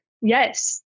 Yes